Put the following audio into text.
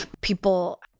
People